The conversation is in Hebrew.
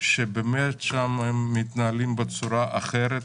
ששם הם מתנהלים בצורה אחרת,